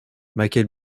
michael